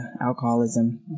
alcoholism